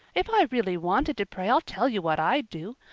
if i really wanted to pray i'll tell you what i'd do.